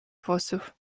włosów